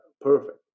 perfect